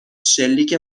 شلیک